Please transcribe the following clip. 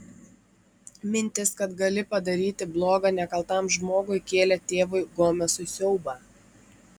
mintis kad gali padaryti bloga nekaltam žmogui kėlė tėvui gomesui siaubą